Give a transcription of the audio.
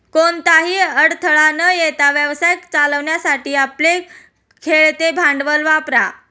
कोणताही अडथळा न येता व्यवसाय चालवण्यासाठी आपले खेळते भांडवल वापरा